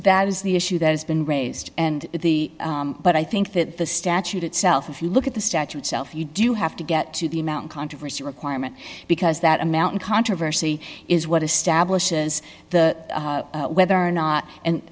that is the issue that has been raised and the but i think that the statute itself if you look at the statue itself you do have to get to the mount controversy requirement because that amount in controversy is what establishes the whether or not and